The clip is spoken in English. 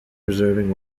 preserving